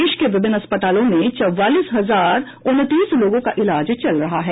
देश के विभिन्न अस्पतालों में चौवालीस हजार उनतीस लोगों का इलाज चल रहा है